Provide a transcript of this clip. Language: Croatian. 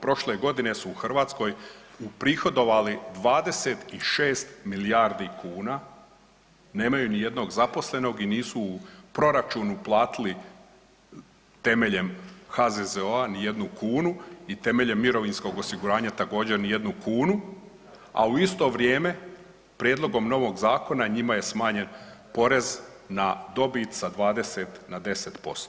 Prošle godine su u Hrvatskoj uprihodovali 26 milijardi kuna, nemaju nijednog zaposlenog i nisu u proračunu platili temeljem HZZO-a ni jednu kunu i temeljem mirovinskog osiguranja također ni jednu kunu, a u isto vrijeme prijedlogom novog zakona njima je smanjen porez na dobit sa 20 na 10%